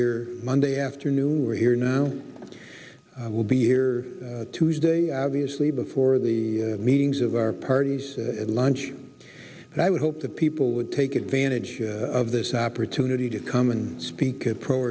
here monday afternoon we're here now will be here tuesday obviously before the meetings of our parties at lunch and i would hope that people would take advantage of this opportunity to come and speak pro